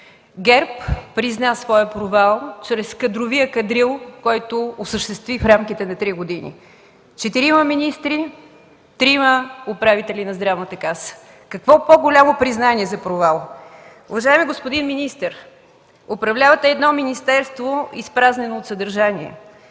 ГЕРБ призна своя провал, чрез кадровия кадрил, който осъществи в рамките на три години – четирима министри, трима управители на Националната здравноосигурителна каса. Какво по-голямо признание за провал! Уважаеми господин министър, управлявате едно министерство, изпразнено от съдържание.